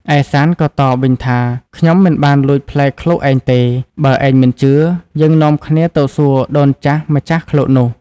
ឯសាន្តក៏តបវិញថា “ខ្ញុំមិនបានលួចផ្លែឃ្លោកឯងទេ! បើឯងមិនជឿ យើងនាំគ្នាទៅសួរ ដូនចាស់ម្ចាស់ឃ្លោកនោះ”។